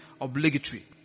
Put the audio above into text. obligatory